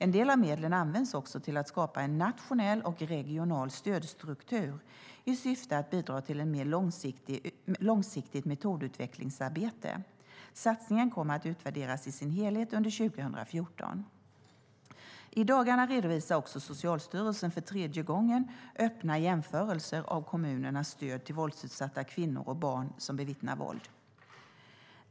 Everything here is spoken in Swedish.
En del av medlen används också till att skapa en nationell och regional stödstruktur i syfte att bidra till ett mer långsiktigt metodutvecklingsarbete. Satsningen kommer att utvärderas i sin helhet under 2014. I dagarna redovisar också Socialstyrelsen för tredje gången öppna jämförelser av kommunernas stöd till våldsutsatta kvinnor och till barn som bevittnar våld.